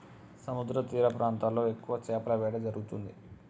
సముద్రతీర ప్రాంతాల్లో ఎక్కువ చేపల వేట జరుగుతుంది